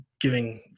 giving